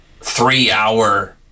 three-hour